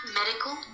medical